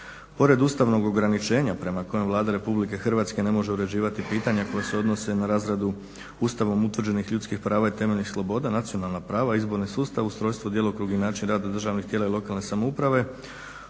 Pored ustavnog ograničenja prema kojem Vlada Republike Hrvatske ne može uređivati pitanja koja se odnose na razradu Ustavom utvrđenih ljudskih prava i temeljnih sloboda, nacionalna prava, izborni sustav, ustrojstvo, djelokrug i način rada državnih tijela i lokalne samouprave